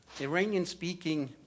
Iranian-speaking